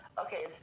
Okay